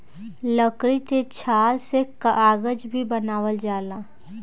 लकड़ी के छाल से कागज भी बनावल जाला